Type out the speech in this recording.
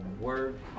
word